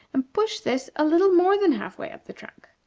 and push this a little more than half-way up the trunk.